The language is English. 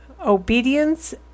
Obedience